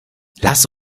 lass